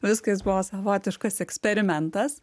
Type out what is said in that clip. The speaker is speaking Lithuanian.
viskas buvo savotiškas eksperimentas